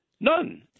None